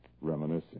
Reminiscing